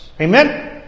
Amen